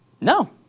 No